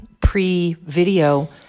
pre-video